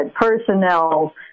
personnel